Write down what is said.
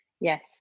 yes